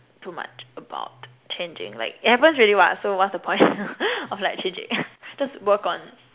too much about changing like it happens already [what] so what's the point of like changing just work on